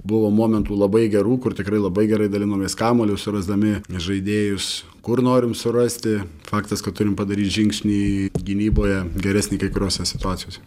buvo momentų labai gerų kur tikrai labai gerai dalinomės kamuoliu surasdami žaidėjus kur norim surasti faktas kad turim padaryt žingsnį gynyboje geresnį kai kuriose situacijose